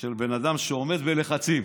של בן אדם שעומד בלחצים.